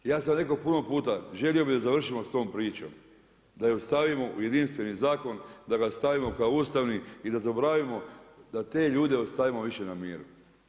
Ja sam rekao puno puta, želio bih da završimo sa tom pričom, da ju stavimo u jedinstveni zakon, da ga stavimo kao ustavni i da zaboravimo i da te ljude ostavimo više na miru.